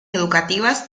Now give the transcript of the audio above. educativas